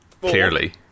clearly